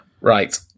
Right